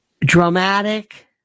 dramatic